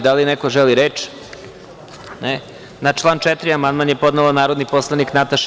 Da li neko želi reč? (Ne.) Na član 4. amandman je podnela narodni poslanik Nataša Sp.